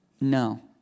No